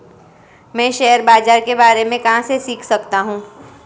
मैं शेयर बाज़ार के बारे में कहाँ से सीख सकता हूँ?